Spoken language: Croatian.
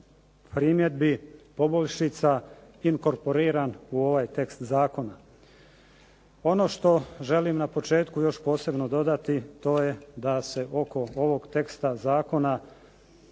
primjedbi, poboljšica inkorporiran u ovaj tekst zakona. Ono što želim na početku još posebno dodati to je da se oko ovog teksta zakona